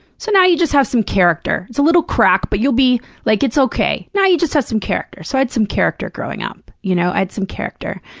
so now you just have some character. it's a little crack, but you'll be like, it's okay. now you just have some character. so i had some character growing up. you know i had some character,